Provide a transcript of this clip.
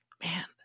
Man